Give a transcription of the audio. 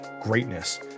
greatness